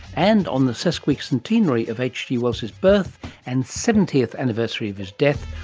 and on the sesquicentenary of hg wells's birth and seventieth anniversary of his death,